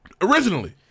Originally